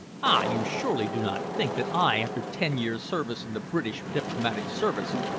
ah! you surely do not think that i, after ten years' service in the british diplomatic service,